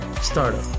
startup